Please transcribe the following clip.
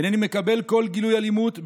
אינני מקבל כל גילויי אלימות,